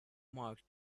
mark